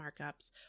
markups